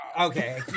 Okay